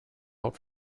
out